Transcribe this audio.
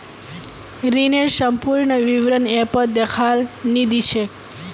ऋनेर संपूर्ण विवरण ऐपत दखाल नी दी छेक